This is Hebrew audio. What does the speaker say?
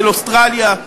של אוסטרליה,